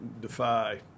defy